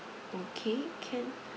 okay can